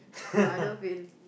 no I don't feel